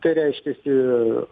tai reiškiasi